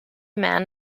man